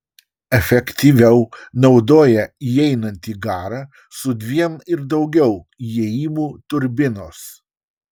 efektyviau naudoja įeinantį garą su dviem ir daugiau įėjimų turbinos